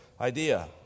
idea